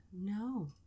No